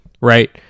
Right